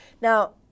Now